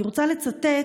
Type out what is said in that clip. אני רוצה לצטט